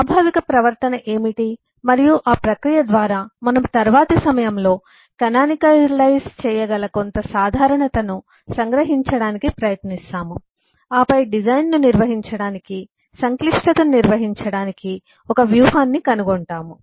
స్వాభావిక ప్రవర్తన ఏమిటి మరియు ఆ ప్రక్రియ ద్వారా మనము తరువాతి సమయంలో కానానికలైజ్ చేయగల కొంత సాధారణతను సంగ్రహించడానికి ప్రయత్నిస్తాము ఆపై డిజైన్ను నిర్వహించడానికి సంక్లిష్టతను నిర్వహించడానికి ఒక వ్యూహాన్ని కనుగొంటాము